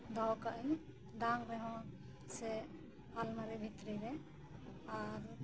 ᱫᱚᱦᱚ ᱠᱟᱜ ᱟᱹᱧ ᱰᱟᱝ ᱨᱮᱦᱚᱸ ᱥᱮ ᱟᱞᱢᱟᱨᱤ ᱵᱷᱤᱛᱨᱤ ᱨᱮ ᱟᱨ